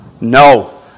No